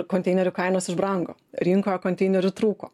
ir konteinerių kainos išbrango rinkoje konteinerių trūko